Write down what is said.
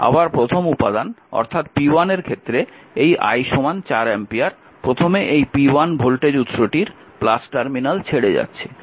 আবার প্রথম উপাদান অর্থাৎ p1 এর ক্ষেত্রে এই I 4 অ্যাম্পিয়ার প্রথমে এই p1 ভোল্টেজ উৎসটির টার্মিনাল ছেড়ে যাচ্ছে